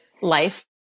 life